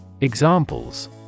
Examples